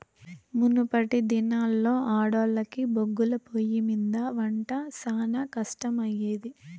మునపటి దినాల్లో ఆడోల్లకి బొగ్గుల పొయ్యిమింద ఒంట శానా కట్టమయ్యేది